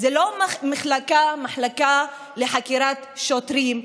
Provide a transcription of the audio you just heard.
זו לא מחלקה לחקירת שוטרים,